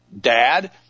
dad